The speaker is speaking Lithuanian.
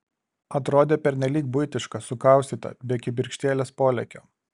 atrodė pernelyg buitiška sukaustyta be kibirkštėlės polėkio